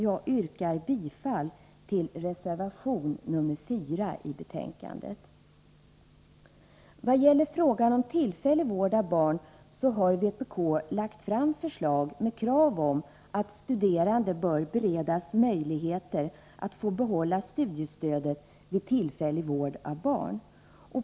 Jag yrkar bifall till reservation nr 4 i betänkandet. Vad gäller frågan om tillfällig vård av barn har vpk lagt fram förslag med krav att studerande bör beredas möjlighet att få behålla studiestödet vid tillfällig vård av barn.